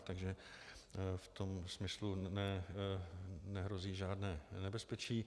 Takže v tom smyslu nehrozí žádné nebezpečí.